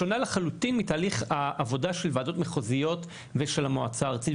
שונה לחלוטין מתהליך העבודה של ועדות מחוזיות ושל המועצה הארצית.